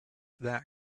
that